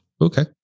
Okay